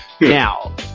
now